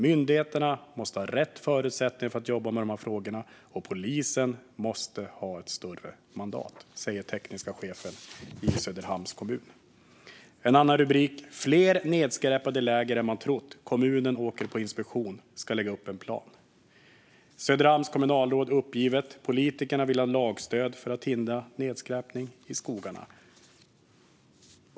"Myndigheterna måste ha rätt förutsättningar för att jobba med de här frågorna och polisen måste ha ett större mandat", säger den tekniske chefen i Söderhamns kommun. En annan rubrik: "Fler nedskräpade läger än man trott - kommunen åker på inspektion: 'Ska lägga upp en plan'". Söderhamns kommunalråd är uppgivet. "Politikerna vill ha lagstöd för att hindra nedskräpning i skogarna".